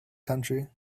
country